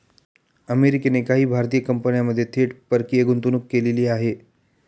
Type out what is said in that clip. अमेरिकेने काही भारतीय कंपन्यांमध्ये थेट परकीय गुंतवणूक केलेली आहे